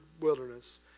wilderness